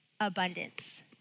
abundance